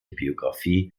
biografie